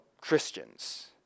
Christians